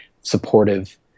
supportive